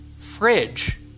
fridge